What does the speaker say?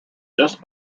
just